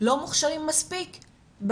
לא מוכשרים מספיק.